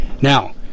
Now